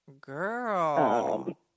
Girl